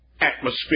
atmosphere